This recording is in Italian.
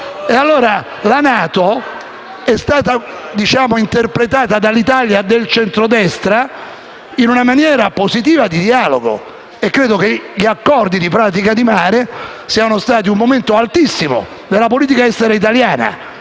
La NATO è stata interpretata dall'Italia del centro-destra in una maniera positiva di dialogo e gli accordi di Pratica di Mare sono stati un momento altissimo della politica estera italiana,